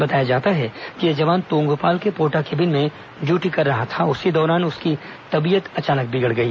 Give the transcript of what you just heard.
बताया जाता है कि यह जवान तोंगपाल के पोटाकेबिन में ड्यूटी कर रहा था इसी दौरान उसकी तबीयत अचानक बिगड़ गई